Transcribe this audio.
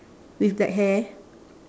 with black hair